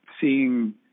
seeing